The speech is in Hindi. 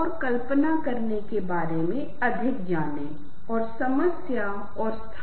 हम हारमनी के बारे में बात करते हैं हारमनी वह है जो कुछ सहनीय हो जो हम सुन सकते हैं